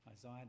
Isaiah